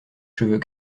cheveux